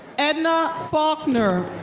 edna faulkner.